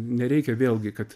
nereikia vėlgi kad